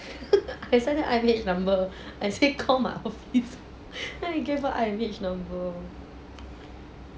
I send her I_M_H number I said call my office I just gave her I_M_H number